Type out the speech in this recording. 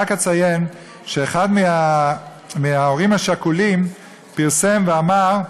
רק אציין שאחד ההורים השכולים פרסם ואמר: